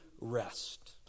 rest